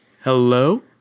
Hello